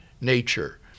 nature